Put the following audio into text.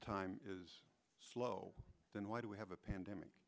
time is slow then why do we have a pandemic